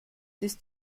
ist